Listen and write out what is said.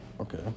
Okay